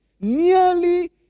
nearly